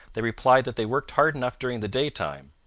they replied that they worked hard enough during the daytime.